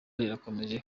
rirakomeje